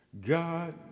God